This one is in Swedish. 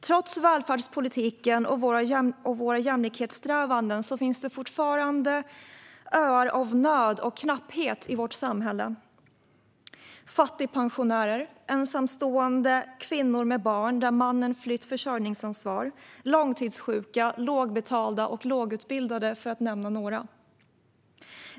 Trots välfärdspolitiken och våra jämlikhetssträvanden finns fortfarande öar av nöd och knapphet i vårt samhälle - fattigpensionärer, ensamstående kvinnor med barn där mannen flytt sitt försörjningsansvar, långtidssjuka, lågbetalda och lågutbildade, för att nämna några.